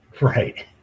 Right